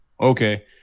Okay